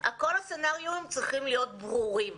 כל התסריטים צריכים להיות ברורים.